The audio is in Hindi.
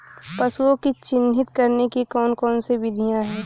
पशुओं को चिन्हित करने की कौन कौन सी विधियां हैं?